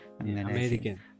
American